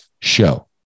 show